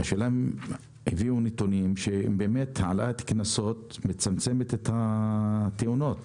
השאלה אם הביאו נתונים שמראים שהעלאת קנסות מצמצמת את התאונות.